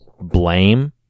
blame